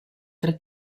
tre